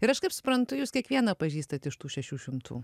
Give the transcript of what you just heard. ir aš kaip suprantu jūs kiekvieną pažįstat iš tų šešių šimtų